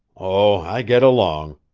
oh, i get along.